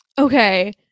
okay